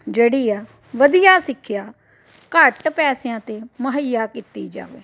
ਜਿਹੜੀ ਆ ਵਧੀਆ ਸਿੱਖਿਆ ਘੱਟ ਪੈਸਿਆਂ 'ਤੇ ਮੁਹੱਈਆ ਕੀਤੀ ਜਾਵੇ